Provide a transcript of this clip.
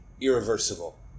irreversible